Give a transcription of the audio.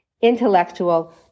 intellectual